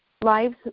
lives